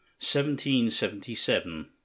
1777